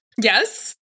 Yes